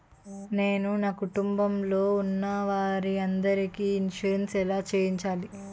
నేను నా కుటుంబం లొ ఉన్న వారి అందరికి ఇన్సురెన్స్ ఎలా చేయించాలి?